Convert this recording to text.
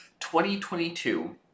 2022